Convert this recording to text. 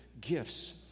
gifts